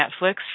Netflix